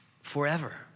forever